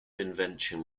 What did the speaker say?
invention